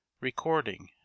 Recording